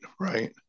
right